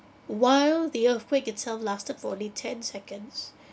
while the earthquake itself lasted for only ten seconds